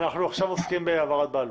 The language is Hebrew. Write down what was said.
אנחנו עכשיו עוסקים בהעברת בעלות.